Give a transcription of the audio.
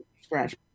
scratch